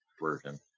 version